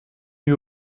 eut